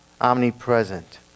omnipresent